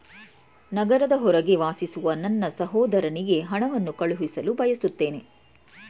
ನಗರದ ಹೊರಗೆ ವಾಸಿಸುವ ನನ್ನ ಸಹೋದರನಿಗೆ ಹಣವನ್ನು ಕಳುಹಿಸಲು ಬಯಸುತ್ತೇನೆ